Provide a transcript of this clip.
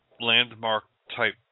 landmark-type